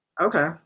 Okay